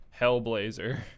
Hellblazer